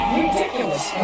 Ridiculous